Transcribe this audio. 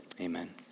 amen